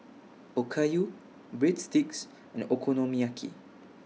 Okayu Breadsticks and Okonomiyaki